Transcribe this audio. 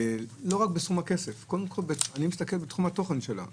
לא רק בסכום הכסף, אלא בתחום התוכן שלה.